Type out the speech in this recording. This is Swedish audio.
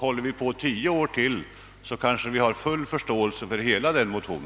Håller vi på tio år till, kanske vi når full förståelse för hela denna motion.